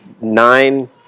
nine